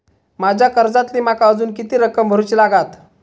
माझ्या कर्जातली माका अजून किती रक्कम भरुची लागात?